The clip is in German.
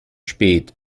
spät